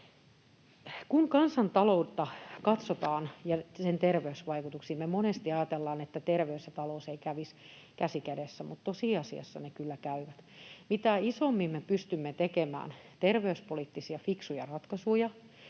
Kun kansantaloutta katsotaan ja sen terveysvaikutuksia, niin monesti ajatellaan, että terveys ja talous eivät kävisi käsi kädessä, mutta tosiasiassa ne kyllä käyvät. Mitä isommin me pystymme tekemään fiksuja terveyspoliittisia ratkaisuja,